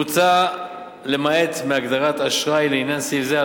מוצע למעט מהגדרת "אשראי" לעניין סעיף זה,